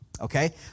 Okay